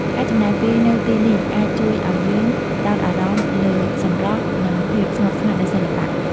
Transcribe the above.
ការចំណាយពេលនៅទីនេះអាចជួយឲ្យយើងផ្តោតអារម្មណ៍លើសម្រស់ និងភាពស្ងប់ស្ងាត់នៃសិល្បៈ។